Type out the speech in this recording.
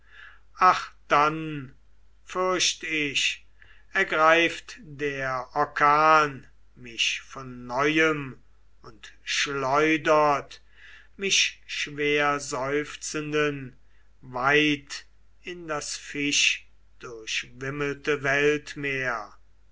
dann fürcht ich ergreift der orkan mich von neuem und schleudert mich schwerseufzenden weit in das fischdurchwimmelte weltmeer